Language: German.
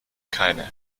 keine